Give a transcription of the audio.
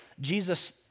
Jesus